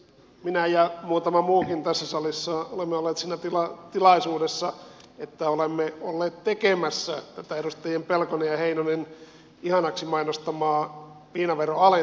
minä ja muutama muukin tässä salissa olemme olleet siinä tilanteessa että olemme olleet tekemässä tätä edustajien pelkonen ja heinonen ihanaksi mainostamaa viinaveron alentamista